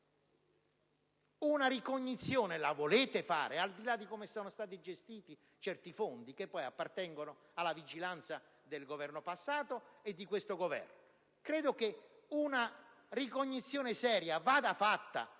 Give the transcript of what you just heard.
una ricognizione, al di là di come sono stati gestiti certi fondi, che poi appartengono alla vigilanza del Governo passato e di questo Governo? Credo che una ricognizione seria vada fatta